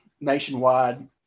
nationwide